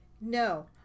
no